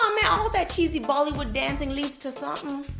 mommy, all that cheesy bollywood dancing leads to something.